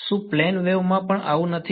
શું plane wave માં પણ આવું નથી